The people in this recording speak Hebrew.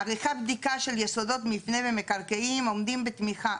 עריכת בדיקה של יסודות מפנה במקרקעין עומדים בתמיכה.